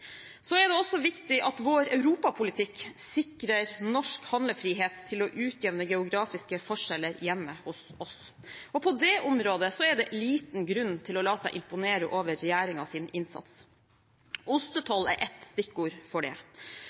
er også viktig at vår europapolitikk sikrer norsk handlefrihet til å utjevne geografiske forskjeller hjemme hos oss. På det området er det liten grunn til å la seg imponere over regjeringens innsats. Ostetoll er ett stikkord for det.